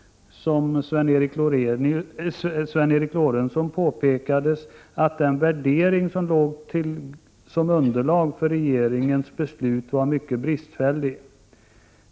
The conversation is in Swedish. Som Sven Eric Lorentzon påpekade var den värdering som utgjorde underlag för regeringens beslut mycket bristfällig.